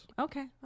Okay